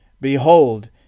Behold